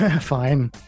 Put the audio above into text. Fine